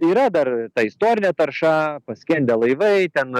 yra dar ta istorinė tarša paskendę laivai ten